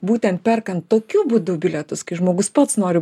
būtent perkant tokiu būdu bilietus kai žmogus pats nori